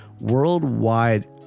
worldwide